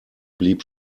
blieb